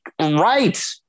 Right